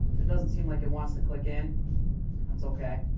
it doesn't seem like it wants to click in, that's okay.